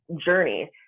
journey